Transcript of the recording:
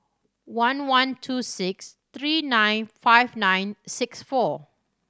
one one two six three nine five nine six four